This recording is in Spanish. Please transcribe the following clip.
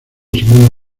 semana